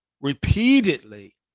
repeatedly